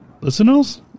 listeners